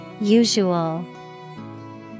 Usual